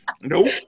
Nope